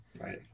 Right